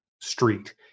street